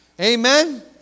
Amen